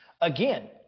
again